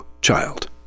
child